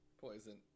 poison